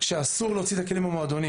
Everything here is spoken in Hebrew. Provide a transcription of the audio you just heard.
שאסור להוציא את הכלים מהמועדונים.